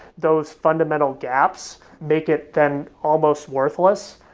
those fundamental gaps make it then almost worthless.